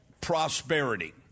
prosperity